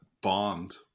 bond